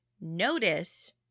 Notice